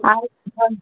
ಆಯ್ತು